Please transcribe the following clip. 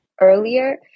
earlier